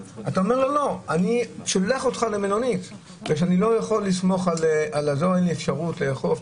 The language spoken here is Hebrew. אתה שולח אותו למלונית כי אין אפשרות לאכוף.